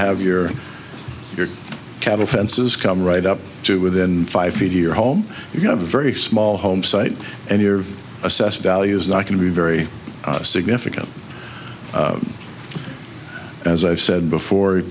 have your your cattle fences come right up to within five feet your home you have a very small home site and your assessed value is not going to be very significant as i've said before